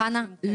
חנה,